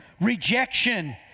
rejection